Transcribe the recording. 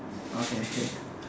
okay